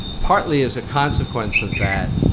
partly as a consequence of that